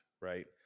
right